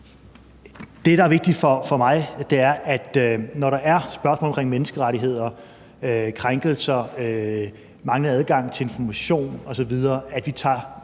Det, der er vigtigt for mig, er, at vi, når der er spørgsmål omkring menneskerettigheder, krænkelser, manglende adgang til information osv., tager